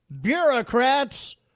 bureaucrats